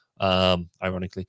Ironically